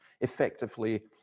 effectively